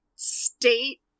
state